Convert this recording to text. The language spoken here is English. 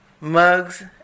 mugs